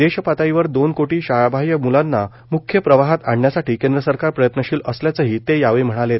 देशपातळीवर दोन कोटी शाळाबाह्य मुलांना मुख्य प्रवाहात आणण्यासाठी केंद्र सरकार प्रयत्नशील असल्याचंही ते यावेळी म्हणालेत